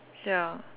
ya